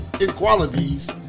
inequalities